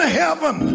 heaven